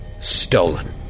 stolen